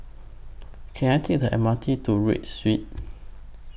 Can I Take The M R T to Read Street